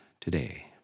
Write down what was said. today